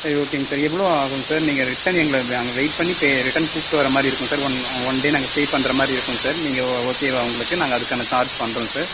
சரி ஓகேங்க சார் எவ்வளோ ஆகும் சார் நீங்கள் ரிட்டன் எங்களை அங்கே வெய்ட் பண்ணி ரிட்டன் கூப்பிட்டு வர மாதிரி இருக்கும் சார் ஒன் ஒன் டே நாங்கள் ஸ்டே பண்ணுற மாதிரி இருக்கும் சார் நீங்கள் ஓகேவா உங்களுக்கு நாங்கள் அதுக்கான சார்ஜ் பண்ணுறோம் சார்